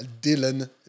Dylan